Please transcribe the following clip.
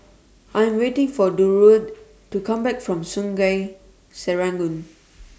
I'm waiting For Durwood to Come Back from Sungei Serangoon